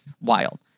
wild